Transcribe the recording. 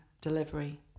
delivery